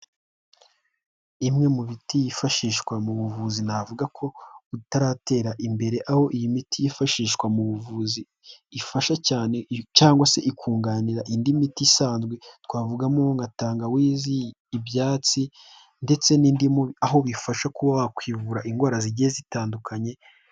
Imwe mu miti yifashishwa mu buvuzi navuga ko butaratera imbere, aho iyi miti yifashishwa mu buvuzi ifasha cyane cyangwa se ikunganira indi miti isanzwe, twavugamo nka tangawizi, ibyatsi ndetse n'indimu, aho bifasha kuba wakwivura indwara zigiye zitandukanye